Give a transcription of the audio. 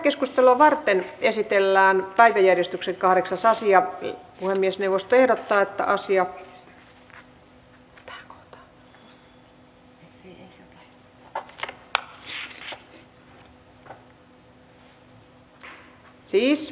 keskustelua varten esitellään päiväjärjestyksen kahdeksan sasi ja puhemiesneuvosto ehdottaa ei syntynyt